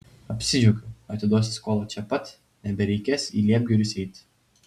apsidžiaugiau atiduosiu skolą čia pat nebereikės į liepgirius eiti